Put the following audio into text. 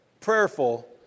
prayerful